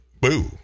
Boo